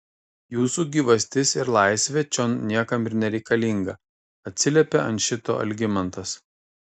jūsų gyvastis ir laisvė čion niekam ir nereikalinga atsiliepė ant šito algimantas